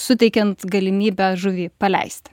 suteikiant galimybę žuvį paleist